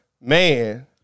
Man